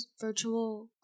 virtual